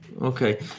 Okay